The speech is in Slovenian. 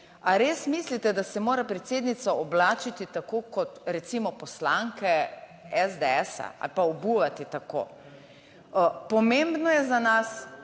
res mislite, da se mora predsednica oblačiti tako kot, recimo, poslanke SDS ali pa obuvati tako? Pomembno je za nas